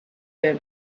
them